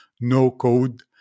no-code